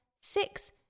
six